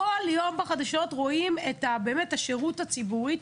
כל יום בחדשות רואים את השירות הציבורי,